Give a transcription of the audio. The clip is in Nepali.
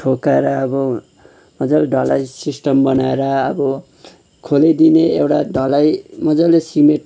ठोकाएर अब मजाले ढलाई सिस्टम बनाएर अब खोले दिने एउटा ढलाई मजाले सिमेन्ट